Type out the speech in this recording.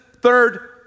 third